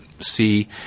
see